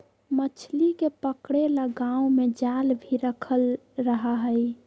मछली के पकड़े ला गांव में जाल भी रखल रहा हई